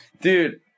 Dude